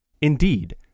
Indeed